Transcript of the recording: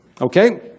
okay